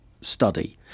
study